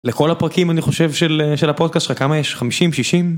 לכל הפרקים אני חושב של הפודקאסט שלך. כמה יש? 50-60?